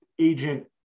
agent